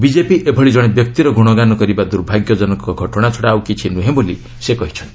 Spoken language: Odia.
ବିକେପି ଏଭଳି ଜଣେ ବ୍ୟକ୍ତିର ଗୁଣଗାନ କରିବା ଦୁର୍ଭାଗ୍ୟଜନକ ଘଟଣା ଛଡ଼ା ଆଉ କିଛି ନ୍ରହେଁ ବୋଲି ସେ କହିଛନ୍ତି